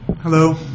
Hello